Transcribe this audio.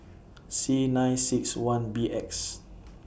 C nine six one B X